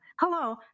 hello